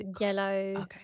yellow